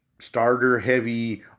starter-heavy